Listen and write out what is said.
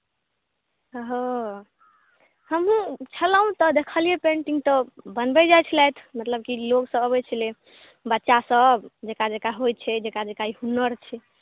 हँ हमहुँ छलहुँ तऽ देखलियै पेन्टिंग तऽ बनबै जाइ छलथि मतलब कि लोक सभ अबै छलै बच्चा सभ जेकरा जेकरा होइ छै जेकरा जेकरा ई हुनर छै